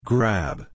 Grab